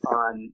on